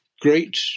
great